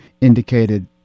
indicated